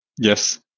Yes